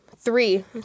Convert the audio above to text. three